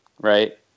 right